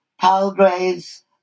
Palgrave's